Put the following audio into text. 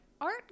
art